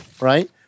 right